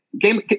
Game